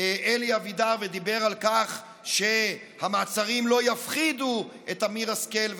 אלי אבידר ודיבר על כך שהמעצרים לא יפחידו את אמיר השכל,